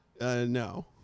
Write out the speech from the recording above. No